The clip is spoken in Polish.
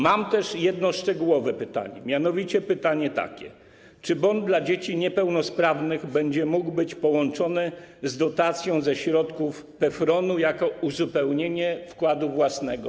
Mam też jedno szczegółowe pytanie, mianowicie pytanie takie: Czy bon dla dzieci niepełnosprawnych będzie mógł być połączony z dotacją ze środków PFRON-u jako uzupełnienie wkładu własnego?